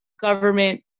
government